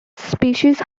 species